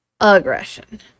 Aggression